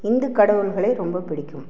இந்துக் கடவுள்களை ரொம்ப பிடிக்கும்